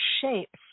shapes